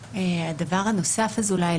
נכון.